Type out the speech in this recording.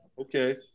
Okay